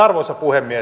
arvoisa puhemies